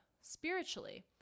spiritually